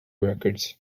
records